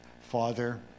father